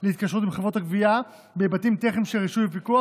להתקשרות עם חברות הגבייה בהיבטים טכניים של רישוי ופיקוח,